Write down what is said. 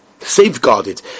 safeguarded